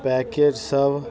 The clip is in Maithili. पैकेट सब